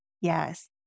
Yes